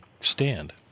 stand